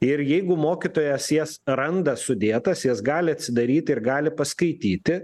ir jeigu mokytojas jas randa sudėtas jas gali atsidaryti ir gali paskaityti